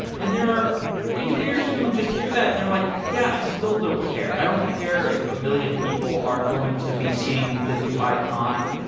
and there are engineers who just hear that and they're like, yeah, i still don't care. i don't care if a million people are going to be seeing the new icon.